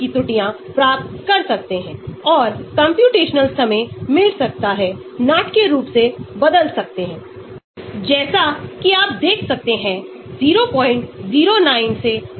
यह इलेक्ट्रॉन वापस ले रहा है तो हमारे पास इलेक्ट्रॉन दान है यहाँ यह अधिक हाइड्रोफोबिक है यहाँ यह अधिक हाइड्रोफिलिक है